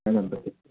అయిన అందరికి